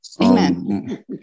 Amen